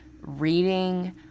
reading